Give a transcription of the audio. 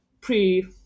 pre